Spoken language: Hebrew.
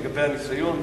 לגבי הניסיון,